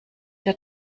der